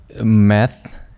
math